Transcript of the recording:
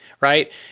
right